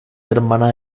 hermana